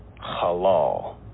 halal